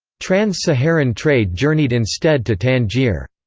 trans-saharan trade journeyed instead to tangier.